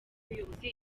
muyobozi